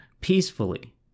peacefully